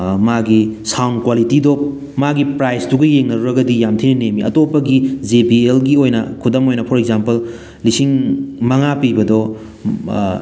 ꯃꯥꯒꯤ ꯁꯥꯎꯟ ꯀ꯭ꯋꯥꯂꯤꯇꯤꯗꯣ ꯃꯥꯒꯤ ꯄ꯭ꯔꯥꯏꯖꯇꯨꯒ ꯌꯦꯡꯅꯔꯨꯔꯒꯗꯤ ꯌꯥꯝ ꯊꯤꯅ ꯅꯦꯝꯃꯤ ꯑꯇꯣꯞꯄꯒꯤ ꯖꯦ ꯕꯤ ꯑꯦꯜꯒꯤ ꯑꯣꯏꯅ ꯈꯨꯗꯝ ꯑꯣꯏꯅ ꯐꯣꯔ ꯑꯦꯛꯖꯥꯝꯄꯜ ꯂꯤꯁꯤꯡ ꯃꯉꯥ ꯄꯤꯕꯗꯣ